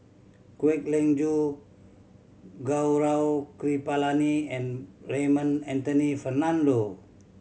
Kwek Leng Joo Gaurav Kripalani and Raymond Anthony Fernando